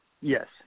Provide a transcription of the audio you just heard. Yes